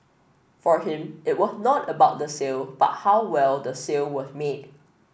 for him it was not about the sale but how well the sale was made